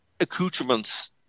accoutrements